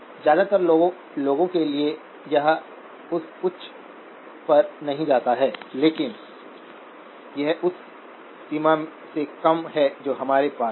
ज्यादातर लोगों के लिए यह उस उच्च पर नहीं जाता है लेकिन यह उस सीमा से कम है जो हमारे पास है